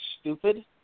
stupid